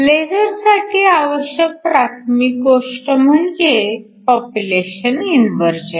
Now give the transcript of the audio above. laser साठी आवश्यक प्राथमिक गोष्ट म्हणजे पॉप्युलेशन इन्व्हर्जन